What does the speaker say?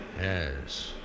Yes